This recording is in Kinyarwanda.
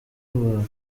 rwawe